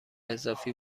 اضافی